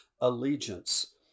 allegiance